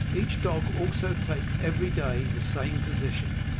each dog also takes every day the same position,